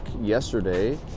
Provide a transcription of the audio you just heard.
yesterday